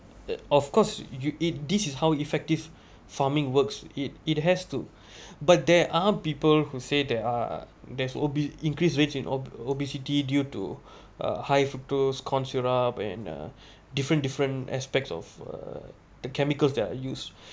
of course you it this is how effective farming works it it has to but there are people who say there are there's obe~ increased rates in obesity due to a high fructose corn syrup and uh different different aspects of uh the chemicals that they're use